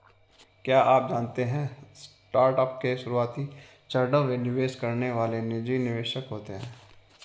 क्या आप जानते है स्टार्टअप के शुरुआती चरणों में निवेश करने वाले निजी निवेशक होते है?